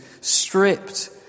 stripped